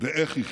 ואיך יחיה.